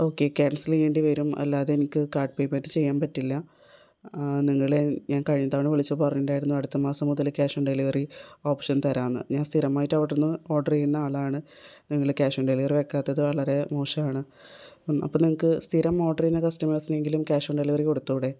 okay cancel ചെയ്യേണ്ടി വരും അല്ലാതെ എനിക്ക് കാർഡ് പേയ്മെൻറ്റ് ചെയ്യാൻ പറ്റില്ല നിങ്ങളെ ഞാൻ കഴിഞ്ഞ തവണ വിളിച്ചപ്പോൾ പറഞ്ഞിട്ടുണ്ടായിരുന്നു അടുത്ത മാസം മുതൽ ക്യാഷ് ഓൺ ഡെലിവറി ഓപ്ഷൻ തരാമെന്ന് ഞാൻ സ്ഥിരമായിട്ട് അവിടുന്ന് ഓർഡർ ചെയ്യുന്ന ആളാണ് നിങ്ങൾ cash on delivery on delivery വയ്ക്കാത്തത് വളരെ മോശമാണ് അപ്പോൾ നിങ്ങൾക്ക് സ്ഥിരം ഓർഡർ ചെയ്യുന്ന കസ്റ്റമേഴ്സിനെങ്കിലും ക്യാഷ് ഓൺ ഡെലിവറി കൊടുത്തു കൂടെ